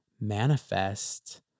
manifest